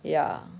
ya